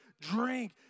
drink